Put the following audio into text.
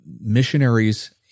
missionaries